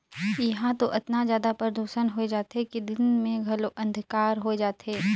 इहां तो अतना जादा परदूसन होए जाथे कि दिन मे घलो अंधिकार होए जाथे